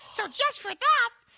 so just for that,